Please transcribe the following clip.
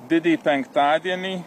didįjį penktadienį